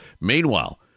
Meanwhile